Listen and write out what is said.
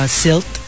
silt